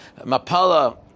Mapala